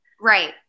right